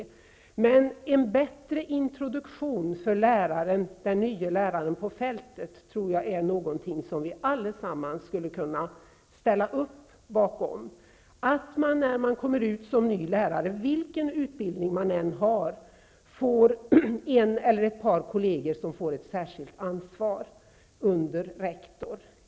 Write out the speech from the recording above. Jag tror att en bättre introduktion för den nye läraren på fältet är någonting som vi allesammans skulle kunna ställa oss bakom, dvs. att man, när man kommer ut som ny lärare oberoende av vilken utbildning man har, får sig tilldelat en eller ett par kolleger som har ett särskilt ansvar under rektor.